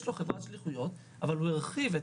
יש לו חברת שליחויות אבל הוא הרחיב את